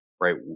right